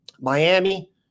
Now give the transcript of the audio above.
Miami